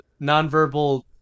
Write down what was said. nonverbal